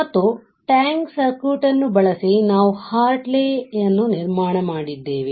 ಮತ್ತು ಟ್ಯಾಂಕ್ ಸರ್ಕ್ಯೂಟ್ಅನ್ನು ಬಳಸಿ ನಾವು ಹರ್ಟ್ಲೆಯನ್ನು ನಿರ್ಮಾಣ ಮಾಡಿದ್ದೇವೆ